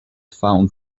found